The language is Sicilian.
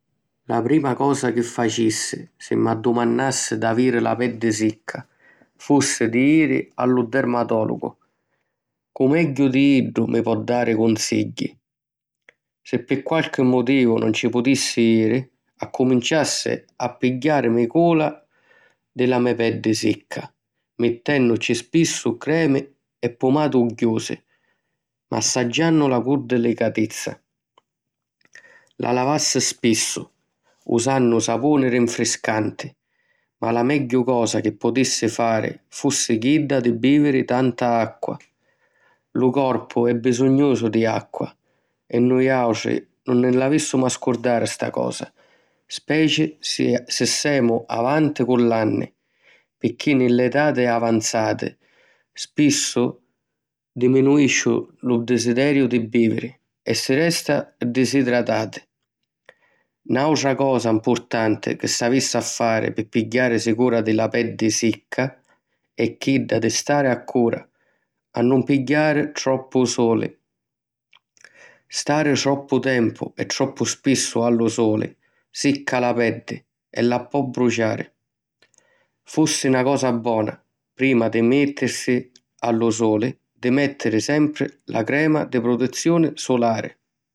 La prima cosa chi facissi, si m'addumannassi d'aviri la peddi sicca, fussi di jiri a lu dermatòlogu. Cu' megghiu di iddu mi po dari cunsigghiu? Si pi qualchi mutivu nun ci putissi jiri, accuminciassi a pigghiàrimi cura di la me peddi sicca mittènuci spissu cremi e pumati ugghiusi, massaggiànnula cu dilicatizza. La lavassi spissu, usannu sapuni rinfriscanti, ma la megghiu cosa chi putissi fari fussi chidda di bìviri tanta acqua. Lu corpu è bisugnusu di acqua e nuiàutri nun nni l'avìssimu a scurdari sta cosa, speci si si semu avanti cu l'anni picchì nni l'etati avanzata spissu diminuisci lu desideriu di bìviri e si resta disidratati. Nàutra cosa mpurtanti chi s'avissi a fari pi pigghiàrisi cura di la peddi sicca è chidda di stari accura a nun pigghiari troppu suli. Stari troppu tempu e troppu spissu a lu suli, sicca la peddi e la po bruciari. Fussi na cosa bona, prima di mìttirisi a lu suli, di mèttiri sempri la crema di prutizzioni sulari.